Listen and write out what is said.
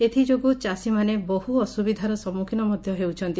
ଏଥିଯୋର୍ଗୁ ଚାଷୀମାନେ ବହୁତ ଅସୁବିଧାର ସମ୍ମୁଖୀନ ମଧା ହେଉଛନ୍ତି